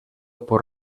por